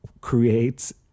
creates